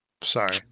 Sorry